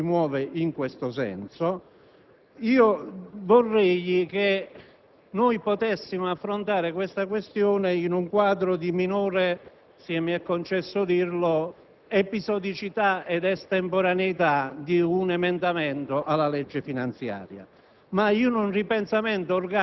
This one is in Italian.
già da tempo ci si muove in questo senso. Vorrei che noi potessimo affrontare questo tema in un quadro di minore - se mi è concesso dirlo - episodicità ed estemporaneità, qual è un emendamento alla legge finanziaria,